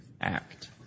act